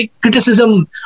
criticism